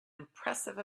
impressive